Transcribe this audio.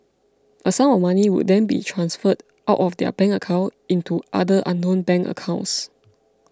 a sum of money would then be transferred out of their bank account into other unknown bank accounts